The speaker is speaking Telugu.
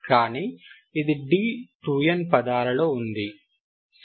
కానీ ఇది d2n పదాలలో ఉంది సరే